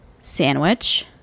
sandwich